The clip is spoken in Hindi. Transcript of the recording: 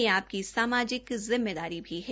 यह आपकी सामाजिक जिम्मेदारी भी है